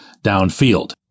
downfield